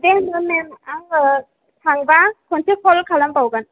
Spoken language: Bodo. खिन्थु मेम आङो थांबा खनसे कल खालामबावगोन